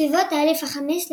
סביבות האלף ה-5 לפנה"ס.